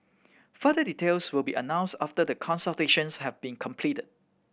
further details will be announced after the consultations have been completed